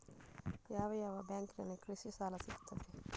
ಯಾವ ಯಾವ ಬ್ಯಾಂಕಿನಲ್ಲಿ ಕೃಷಿ ಸಾಲ ಸಿಗುತ್ತದೆ?